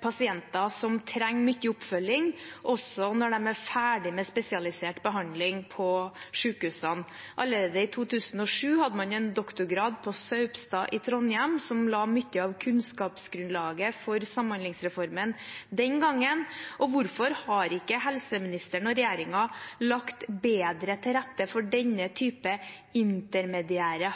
pasienter som trenger mye oppfølging også når de er ferdig med spesialisert behandling på sykehuset. Allerede i 2007 hadde man en doktorgrad på Saupstad i Trondheim som la mye av kunnskapsgrunnlaget for samhandlingsreformen den gangen. Hvorfor har ikke helseministeren og regjeringen lagt bedre til rette for denne typen intermediære